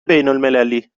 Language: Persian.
بینالمللی